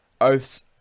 oaths